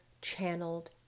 channeled